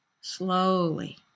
Slowly